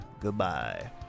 Goodbye